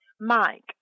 Mike